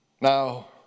Now